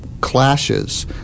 clashes